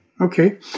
Okay